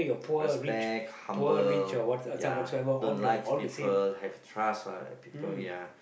respect humble ya don't lie to people have trust for other people ya